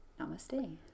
namaste